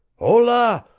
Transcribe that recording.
hola!